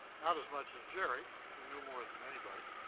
not as much as jerry, who knew more than anybody,